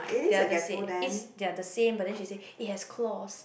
then I just said is they are the same but then she say it has claws